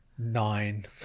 nine